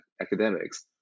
academics